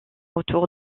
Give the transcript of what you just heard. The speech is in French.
autour